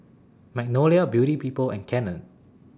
Magnolia Beauty People and Canon